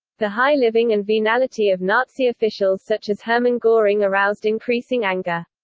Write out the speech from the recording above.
the high living and venality of nazi officials such as hermann goring aroused increasing anger.